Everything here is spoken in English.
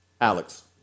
Alex